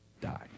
die